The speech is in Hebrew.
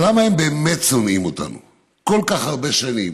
אבל למה הם באמת שונאים אותנו כל כך הרבה שנים,